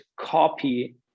copy